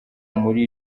muri